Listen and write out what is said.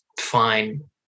fine